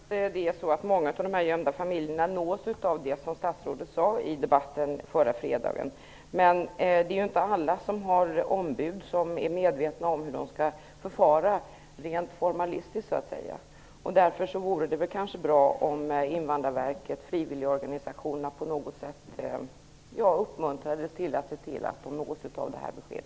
Herr talman! Jag tror också att många av de gömda familjerna nås av det som statsrådet sade i debatten förra fredagen, men det är inte alla som har ombud som är medvetna om hur man skall förfara rent formellt. Därför vore det bra om Invandrarverket och frivilligorganisationerna på något sätt uppmuntrades till att se till att familjerna nås av detta besked.